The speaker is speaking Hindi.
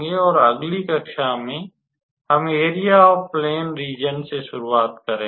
और अगली कक्षा में हम एरिया ऑफ प्लैन रीज़न से शुरुआत करेंगे